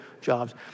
jobs